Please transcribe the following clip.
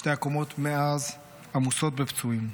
שתי הקומות מאז עמוסות בפצועים.